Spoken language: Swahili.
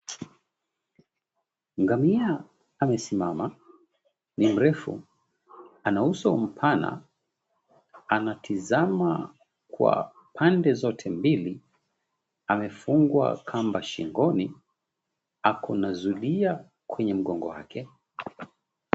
Ngamia amesimama ni mrefu, ana uso mpana anatizama kwa pande zote mbili, amefungwa kamba shingoni ako na zulia kwenye mgongo wake.